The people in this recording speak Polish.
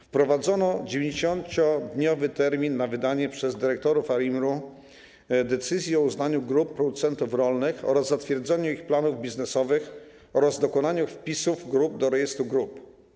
Wprowadzono 90-dniowy termin na wydanie przez dyrektorów ARiMR decyzji o uznaniu grup producentów rolnych oraz zatwierdzeniu ich planów biznesowych oraz dokonaniu wpisów grup do rejestru grup.